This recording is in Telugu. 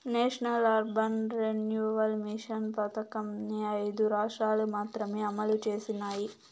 నేషనల్ అర్బన్ రెన్యువల్ మిషన్ పథకంని ఐదు రాష్ట్రాలు మాత్రమే అమలు చేసినాయి